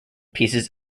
pieces